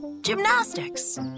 gymnastics